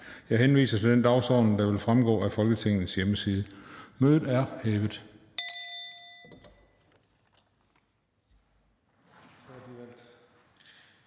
Jeg henviser til den dagsorden, der vil fremgå af Folketingets hjemmeside. Mødet er hævet.